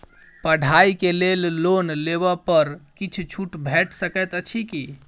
पढ़ाई केँ लेल लोन लेबऽ पर किछ छुट भैट सकैत अछि की?